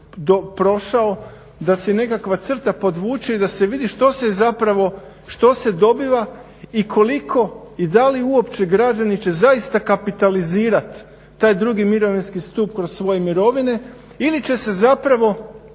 da se nekakva crta podvuče i da se vidi što se dobiva i koliko, i da li uopće građani će zaista kapitalizirat taj drugi mirovinski stup kroz svoje mirovine ili će se zapravo